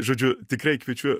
žodžiu tikrai kviečiu